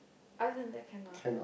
other than that cannot